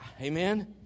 Amen